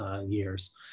years